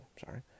sorry